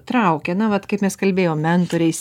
traukia na vat kaip mes kalbėjom mentoriais